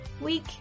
week